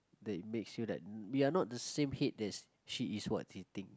that makes you like we are not the same as she is what they think